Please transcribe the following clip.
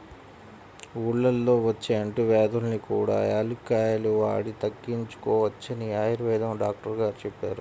ఊళ్ళల్లో వచ్చే అంటువ్యాధుల్ని కూడా యాలుక్కాయాలు వాడి తగ్గించుకోవచ్చని ఆయుర్వేదం డాక్టరు గారు చెప్పారు